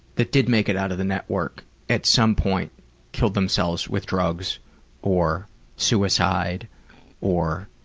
that did make it out of the network at some point killed themselves with drugs or suicide or,